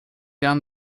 down